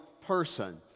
person